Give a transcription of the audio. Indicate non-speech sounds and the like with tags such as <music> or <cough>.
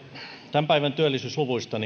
tämän päivän työllisyysluvuista <unintelligible>